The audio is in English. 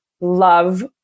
love